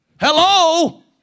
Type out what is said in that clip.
Hello